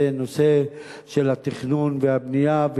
נושא התכנון והבנייה,